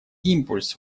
импульс